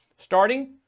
starting